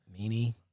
meanie